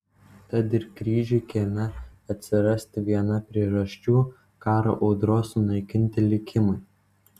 tad ir kryžiui kieme atsirasti viena priežasčių karo audros sunaikinti likimai